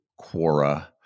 Quora